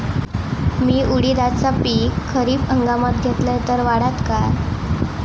मी उडीदाचा पीक खरीप हंगामात घेतलय तर वाढात काय?